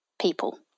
people